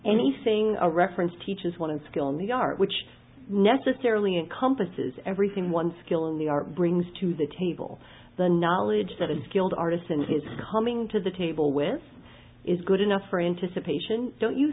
anything a reference teaches one skill in the art which necessarily a compass is everything one skill in the art brings to the table the knowledge that a skilled artist is coming to the table with is good enough for anticipation don't you